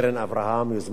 יוזמת "קרן אברהם",